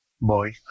boy